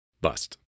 bust